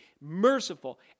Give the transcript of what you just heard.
merciful